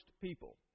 people